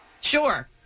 Sure